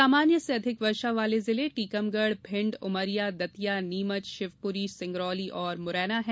सामान्य से अधिक वर्षा वाले जिले टीकमगढ़ भिण्ड उमरिया दतिया नीमच शिवपुरी सिंगरौली और मुरैना हैं